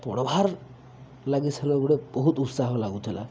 ପଢ଼ବାର୍ ଲାଗି ସେନେ ଗୋଟେ ବହୁତ ଉତ୍ସାହ ଲାଗୁଥିଲା